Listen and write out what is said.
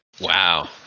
Wow